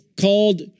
called